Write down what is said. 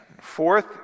fourth